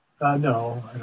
No